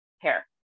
hair